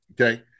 Okay